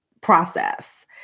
process